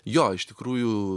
jo iš tikrųjų